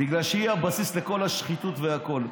בגלל שהיא הבסיס לכל השחיתות והכול.